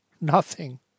Nothing